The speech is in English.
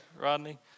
Rodney